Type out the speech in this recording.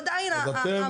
הוא עדיין המונופול.